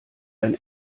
ein